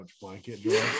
blanket